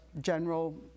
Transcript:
general